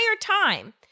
time